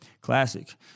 Classic